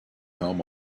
home